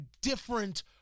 different